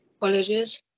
Colleges